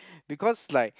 because like